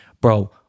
Bro